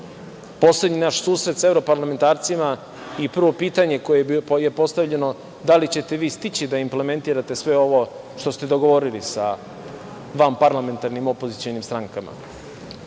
poslednji naš susret sa evroparlamentarcima i prvo pitanje koje je postavljeno da li ćete vi stići da implementirate sve ovo što ste dogovorili sa vanparlamentarnim opozicionim strankama.